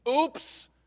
Oops